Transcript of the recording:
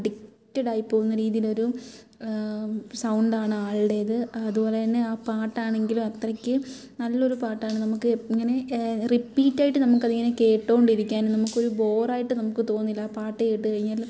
അഡിക്റ്റടായി പോകുന്ന രീതിയിലൊരു സൗണ്ടാണ് ആൾടേത് അതുപോലെ തന്നെ ആ പാട്ടാണങ്കിലും അത്രയ്ക്ക് നല്ലൊരു പാട്ടാണ് നമുക്ക് ഇങ്ങനെ റിപ്പീറ്റായിട്ട് നമുക്ക് അതിങ്ങനെ കേട്ടോണ്ടിരിക്കാനും നമുക്കൊരു ബോറായിട്ട് നമുക്ക് തോന്നില്ല പാട്ട് കേട്ട് കഴിഞ്ഞാൽ